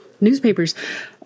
Newspapers